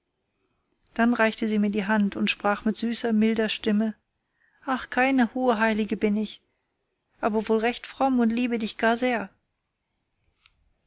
dann reichte sie mir die hand und sprach mit süßer milder stimme ach keine hohe heilige bin ich aber wohl recht fromm und liebe dich gar sehr